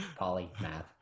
Polymath